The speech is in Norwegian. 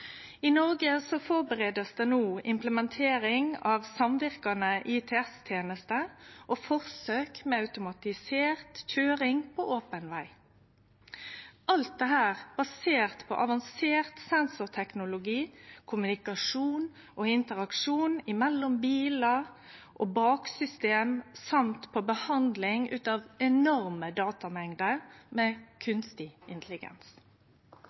I Noreg førebur ein no implementering av samverkande ITS-tenester og forsøk med automatisert køyring på open veg. Alt dette er basert på avansert sensorteknologi, kommunikasjon og interaksjon mellom bilar og baksystem, og på behandling av enorme datamengder med